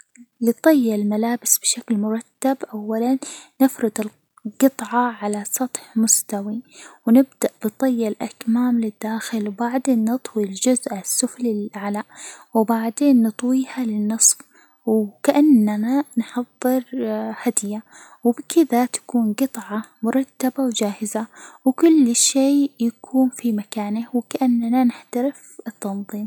لطي الملابس بشكل مرتب، أولاً نفرد الجطعة على سطح مستوي، ونبدأ بطي الأكمام للداخل، وبعدين نطوي الجزء السفلي للأعلى، وبعدين نطويها للنصف، وكأننا نحضر هدية، وبكذا تكون الجطعة مرتبة، وجاهزة، وكل شي يكون في مكانه، وكأننا نحترف التنظيم.